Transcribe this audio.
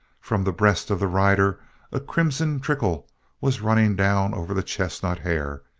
from the breast of the rider a crimson trickle was running down over the chestnut hair,